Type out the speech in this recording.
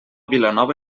vilanova